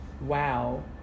wow